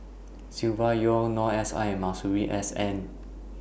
Silvia Yong Noor S I Masuri S N